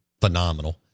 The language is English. Phenomenal